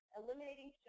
eliminating